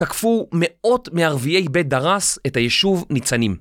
תקפו מאות מערביי בית דרס את היישוב ניצנים.